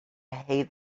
hate